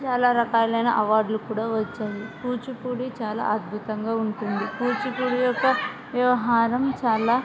చాలా రకాలైన అవార్డులు కూడా వచ్చాయి కూచిపూడి చాలా అద్భుతంగా ఉంటుంది కూచిపూడి యొక్క వ్యవహారం చాలా